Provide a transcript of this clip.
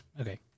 Okay